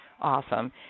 awesome